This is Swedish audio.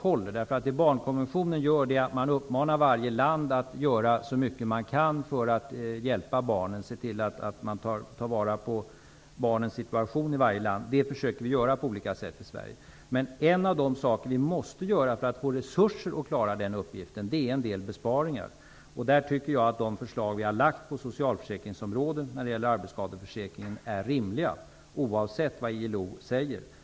Vad man gör i barnkonventionen är att man uppmanar varje land att göra så mycket som möjligt för att hjälpa barnen, så att barnens situation tas vara på i varje land. Det försöker vi i Sverige att på olika sätt göra. Men en av de saker vi måste göra för att få resurser så att vi klarar den uppgiften är att göra en del besparingar. Där tycker jag att de förslag som vi har lagt fram på socialförsäkringsområdet när det gäller arbetsskadeförsäkringen är rimliga, oavsett vad ILO säger.